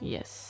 Yes